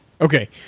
Okay